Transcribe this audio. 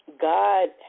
God